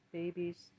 babies